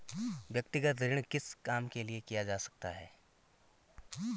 व्यक्तिगत ऋण किस काम के लिए किया जा सकता है?